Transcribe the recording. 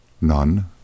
None